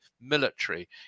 military